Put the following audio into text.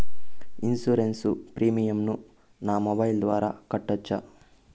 Insurance premium ను నా mobile ద్వారా కట్టొచ్చా?